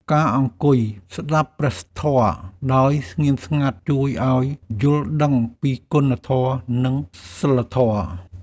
ការអង្គុយស្ដាប់ព្រះធម៌ដោយស្ងៀមស្ងាត់ ជួយឱ្យយល់ដឹងពីគុណធម៌ និងសីលធម៌។